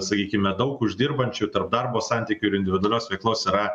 sakykime daug uždirbančių tarp darbo santykių ir individualios veiklos yra